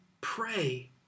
pray